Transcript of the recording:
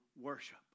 worship